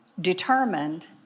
determined